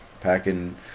packing